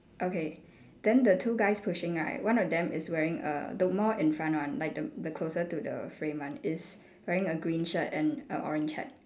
okay then the two guys pushing right one of them is wearing a the more in front one like the the closer to the frame one is wearing a green shirt and a orange hat